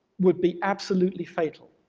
would be absolutely fatal,